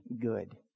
good